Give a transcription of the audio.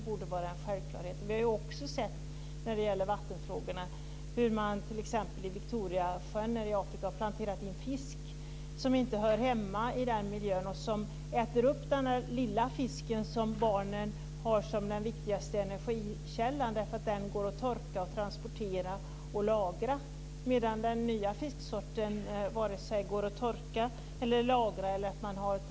När det gäller vattenfrågorna har vi också sett hur man t.ex. i Victoriasjön nere i Afrika har planterat in fisk som inte hör hemma i den miljön. Fiskarna äter upp den lilla fisken som barnen har som den viktigaste energikällan, därför att den går att torka, transportera och lagra, medan den nya fisksorten varken går att torka, lagra eller transportera.